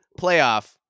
playoff